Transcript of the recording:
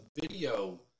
video